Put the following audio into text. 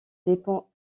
dépend